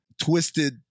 twisted